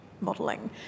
modeling